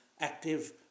active